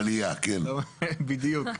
בדיוק.